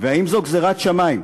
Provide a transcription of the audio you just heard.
האם זו גזירת שמים?